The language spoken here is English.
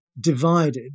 divided